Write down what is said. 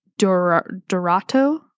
Dorato